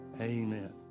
Amen